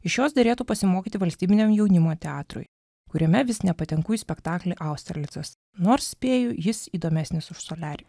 iš jos derėtų pasimokyti valstybiniam jaunimo teatrui kuriame vis nepatenku į spektaklį austerlicas nors spėju jis įdomesnis už soliarį